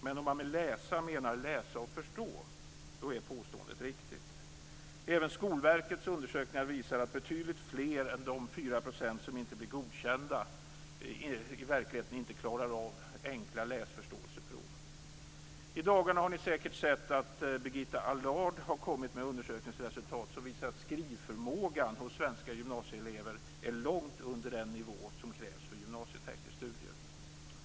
Men om man med läsa menar läsa och förstå är påståendet riktigt. Även Skolverkets undersökningar visar att betydligt fler än de 4 % som inte blir godkända i verkligheten inte klarar av enkla läsförståelseprov. I dagarna har ni säkert sett att Birgitta Allard har kommit med undersökningsresultat som visar att skrivförmågan hos svenska gymnasieelever är långt under den nivå som krävs för gymnasiestudier.